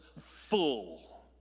full